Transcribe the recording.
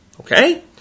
Okay